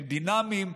הם דינמיים.